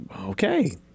Okay